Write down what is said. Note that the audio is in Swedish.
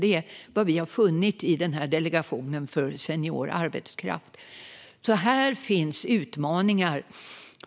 Det är vad Delegationen för senior arbetskraft har funnit. Här finns utmaningar.